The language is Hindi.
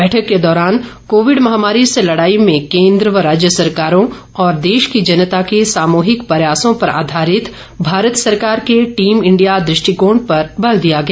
बैठक के दौरान कोविड महामारी से लड़ाई में केन्द्र व राज्य सरकारों और देश की जनता के सामूहिक प्रयासों पर आधारित भारत सरकार के टीम इंडिया दृष्टिकोण पर बल दिया गया